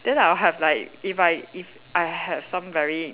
then I will have like if I if I have some very